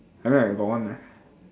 I mean I got one ah